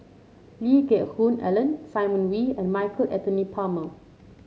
Lee Geck Hoon Ellen Simon Wee and Michael Anthony Palmer